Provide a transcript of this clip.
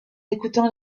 écoutant